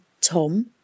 Tom